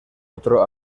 otro